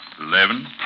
eleven